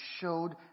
showed